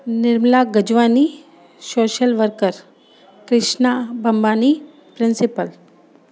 Nirmala Gajwani social worker Krishna Bambani principal